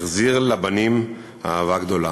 החזיר לבנים אהבה גדולה